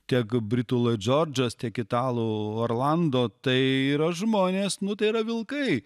tiek britų loid džordžas tiek italų olando tai yra žmonės nu tai yra vilkai